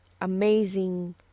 amazing